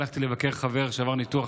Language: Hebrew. הלכתי לבקר חבר שעבר ניתוח